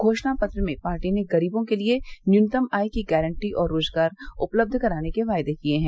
घोषणा पत्र में पार्टी ने गरीबों के लिए न्यूनतम आय की गारंटी और रोजगार उपलब्ध कराने के वायदे किए हैं